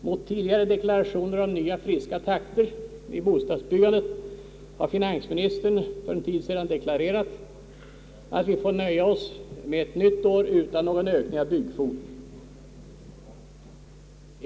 Mot tidigare deklarationer om nya friska takter i bostadsbyggandet har finansministern för en tid sedan deklarerat att vi får nöja oss med ett nytt år utan någon ökning av byggkvoten.